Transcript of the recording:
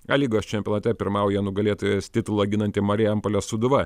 a lygos čempionate pirmauja nugalėtojos titulą ginanti marijampolės sūduva